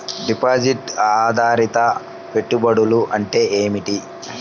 Deposit ఆధారిత పెట్టుబడులు అంటే ఏమిటి?